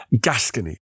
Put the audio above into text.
Gascony